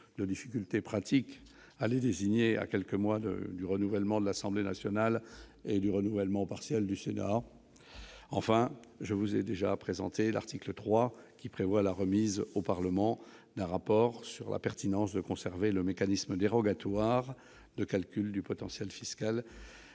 des difficultés pratiques à les désigner, à quelques mois du renouvellement de l'Assemblée nationale et du renouvellement partiel du Sénat. Enfin, je vous ai déjà présenté l'article 3, qui prévoit la remise au Parlement d'un rapport sur la pertinence de conserver le mécanisme dérogatoire de calcul du potentiel fiscal